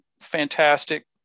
fantastic